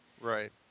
Right